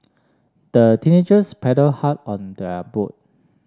the teenagers paddled hard on their boat